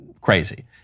crazy